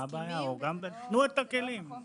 תנו את הכלים.